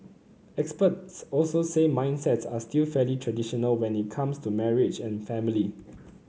experts also say mindsets are still fairly traditional when it comes to marriage and family